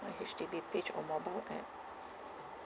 my H_D_B page or mobile app